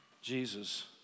Jesus